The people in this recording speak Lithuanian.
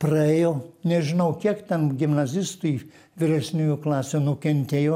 praėjo nežinau kiek ten gimnazistų vyresniųjų klasių nukentėjo